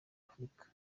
afurika